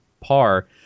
par